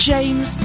James